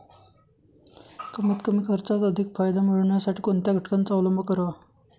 कमीत कमी खर्चात अधिक फायदा मिळविण्यासाठी कोणत्या घटकांचा अवलंब करावा?